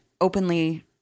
openly